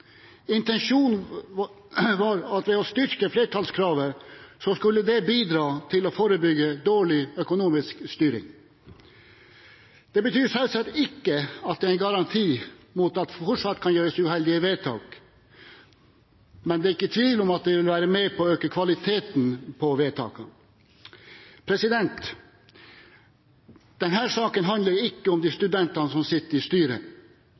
Intensjonen var at å styrke flertallskravet skulle bidra til å forebygge dårlig økonomisk styring. Det betyr selvsagt ikke at det er en garanti mot at det fortsatt kan gjøres uheldige vedtak, men det er ikke tvil om at det vil være med på å øke kvaliteten på vedtakene. Denne saken handler ikke om de studentene som sitter i styret,